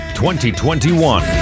2021